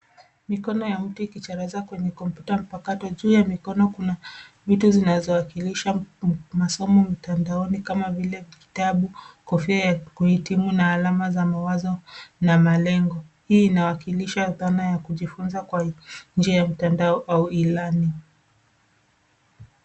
Mikono ya mtu ikicharaza kwenye kompyuta mpakato. Juu ya mikono kuna vitu zinazowakilisha masomo mtandaoni kama vile, kitabu, kofia ya kuhitimu, na alama za mawazo na malengo. Hii inawakilisha dhana ya kujifunza kwa njia ya mtandao au E-learning .